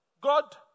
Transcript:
God